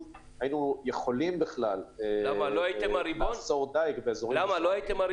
היינו יכולים בכלל לאסור דייג באזורים מסוימים.